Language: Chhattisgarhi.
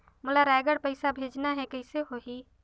मोला रायगढ़ पइसा भेजना हैं, कइसे होही?